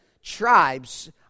Tribes